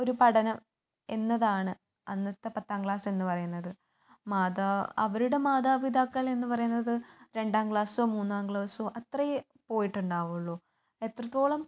ഒരു പഠനം എന്നതാണ് അന്നത്തെ പത്താം ക്ലാസ്സെന്ന് പറയുന്നത് മാതാ അവരുടെ മാതാപിതാക്കളെന്ന് പറയുന്നത് രണ്ടാം ക്ലാസ്സോ മൂന്നാം ക്ലാസ്സോ അത്രേ പോയിട്ടുണ്ടാവുകയുള്ളൂ എത്രത്തോളം